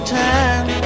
time